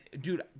dude